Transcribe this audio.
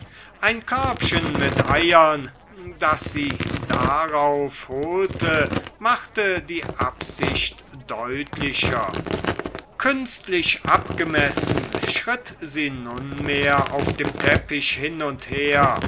ein körbchen mit eiern das sie darauf holte machte die absicht deutlicher künstlich abgemessen schritt sie nunmehr auf dem teppich hin und her